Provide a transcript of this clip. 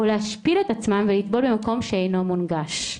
או להשפיל את עצמן ולטבול במקום שאינו מונגש.